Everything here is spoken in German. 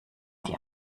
die